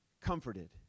comforted